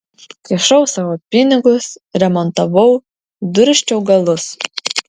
kišau savo pinigus remontavau dursčiau galus